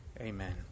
Amen